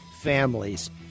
Families